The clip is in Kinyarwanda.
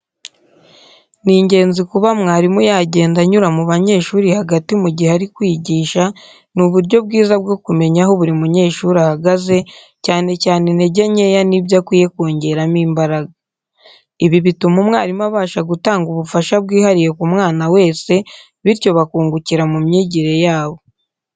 Ni ingenzi kuba mwarimu yagenda anyura mu banyeshuri hagati mu gihe ari kwigisha ni uburyo bwiza bwo kumenya aho buri munyeshuri ahagaze, cyane cyane intege nkeya n'ibyo akwiye kongeramo imbaraga. Ibi bituma umwarimu abasha gutanga ubufasha bwihariye ku mwana wese, bityo bakungukira mu myigire yabo.